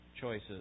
choices